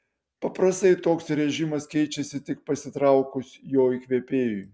paprastai toks režimas keičiasi tik pasitraukus jo įkvėpėjui